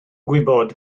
gwybod